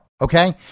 Okay